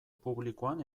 publikoan